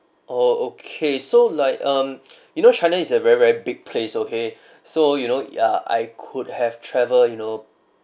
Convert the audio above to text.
oh okay so like um you know china is a very very big place okay so you know uh I could have travel you know